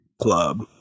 club